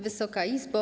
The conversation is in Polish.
Wysoka Izbo!